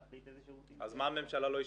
להחליט איזה שירותים --- אז מה הממשלה לא אישרה?